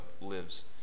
lives